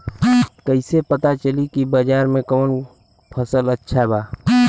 कैसे पता चली की बाजार में कवन फसल अच्छा बा?